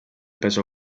peso